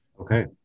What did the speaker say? Okay